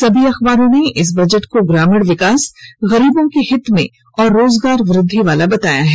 सभी अखबारों ने इस बजट को ग्रामीण विकास गरीबों के हित में और रोजगार वृद्धि वाला बताया है